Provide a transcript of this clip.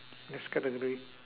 next category